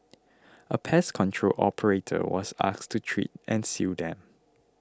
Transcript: a pest control operator was asked to treat and seal them